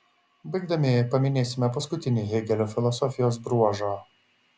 baigdami paminėsime paskutinį hėgelio filosofijos bruožą